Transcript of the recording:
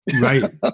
Right